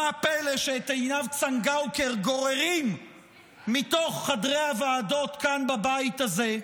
מה הפלא שאת עינב צנגאוקר גוררים מתוך חדרי הוועדות כאן בבית הזה?